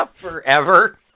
Forever